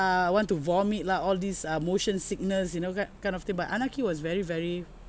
want to vomit lah all these uh motion sickness you know that kind of thing but anaki was very very